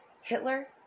Hitler